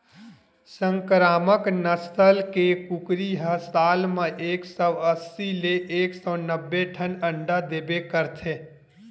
संकरामक नसल के कुकरी ह साल म एक सौ अस्सी ले एक सौ नब्बे ठन अंडा देबे करथे